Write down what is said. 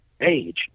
age